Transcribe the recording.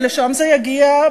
כי לשם זה יגיע,